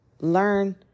learn